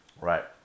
right